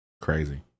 crazy